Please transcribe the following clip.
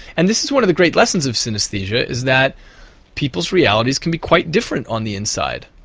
and this is one of the great lessons of synesthesia, is that people's realities can be quite different on the inside.